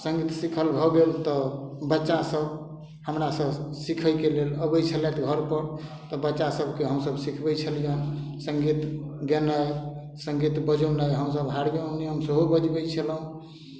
सङ्गीत सिखल भऽ गेल तऽ बच्चा सभ हमरा सभ सिखयके लेल अबय छलथि घरपर तऽ बच्चा सभके हमसभ सिखबय छलियनि सङ्गीत गेनाइ सङ्गीत बजौनाइ हमसभ हारमोनियम सेहो बजबय छलहुँ